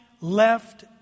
left